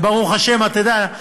וברוך השם, אתה יודע.